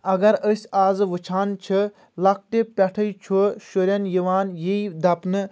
اگر أسۍ اَز وُچھان چھ لۄکٹے پٮ۪ٹھے چھ شُرٮ۪ن یِوان یی دپنہٕ